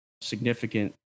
significant